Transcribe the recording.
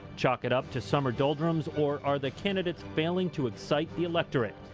chalk it up to summer doldrums or are the candidates failing to excite the electorate?